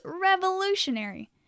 revolutionary